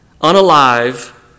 unalive